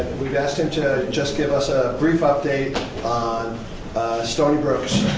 we've asked him to just give us a brief update on stony brook's